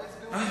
מה ההסבר לזה?